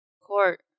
court